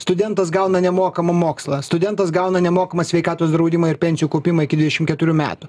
studentas gauna nemokamą mokslą studentas gauna nemokamą sveikatos draudimą ir pensijų kaupimą iki dvidešim keturių metų